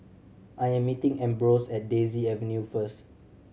I am meeting Ambrose at Daisy Avenue first